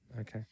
Okay